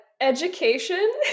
education